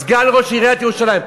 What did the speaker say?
סגן ראש עיריית ירושלים.